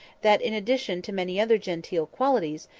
that, in addition to many other genteel qualities,